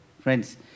Friends